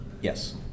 Yes